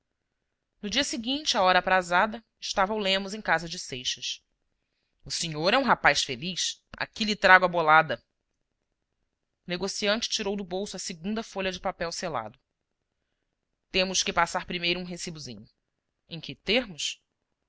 no dia seguinte à hora aprazada estava o lemos em casa de seixas o senhor é um rapaz feliz aqui lhe trago a bolada o negociante tirou do bolso a segunda folha de papel se lado temos que passar primeiro um recibozinho em que termos